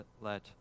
let